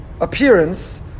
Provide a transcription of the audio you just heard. appearance